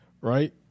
Right